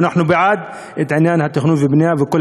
ואנחנו בעד עניין התכנון והבנייה בכל